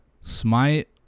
Smite